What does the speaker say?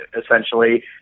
essentially